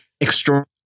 extraordinary